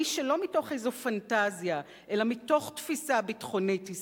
האיש שלא מתוך איזו פנטזיה אלא מתוך תפיסה ביטחונית-היסטורית